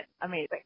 Amazing